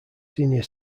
senior